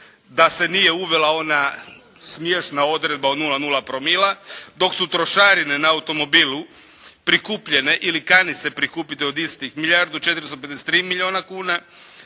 da se nije uvela ona smiješna odredba od "0,0" promila dok su trošarine na automobile prikupljene ili kani se prikupiti od istih milijardu 453 milijuna kuna,